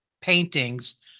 paintings